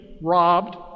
robbed